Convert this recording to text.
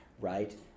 right